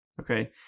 okay